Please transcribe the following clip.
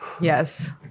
Yes